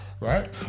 Right